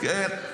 כן.